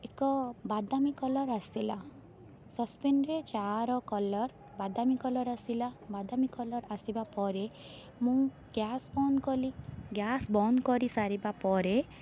ଏକ ବାଦାମୀ କଲର୍ ଆସିଲା ସସ୍ପେନ୍ରେ ଚା' ର କଲର୍ ବାଦାମୀ କଲର୍ ଆସିଲା ବାଦାମୀ କଲର୍ ଆସିବା ପରେ ମୁଁ ଗ୍ୟାସ୍ ବନ୍ଦ କଲି ଗ୍ୟାସ୍ ବନ୍ଦ କରିସାରିବା ପରେ